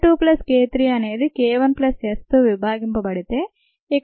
k2 plus k3 అనేది k1 plus Sతో విభాగింపబడితే